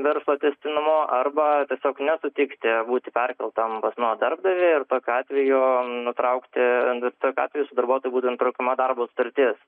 verslo tęstinumu arba tiesiog nesutikti būti perkeltam pas naują darbdavį ir tokiu atveju nutraukti bet kokiu atveju su darbuotoju būtų nutraukiama darbo sutartis